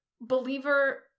believer